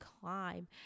climb